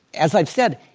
as i said,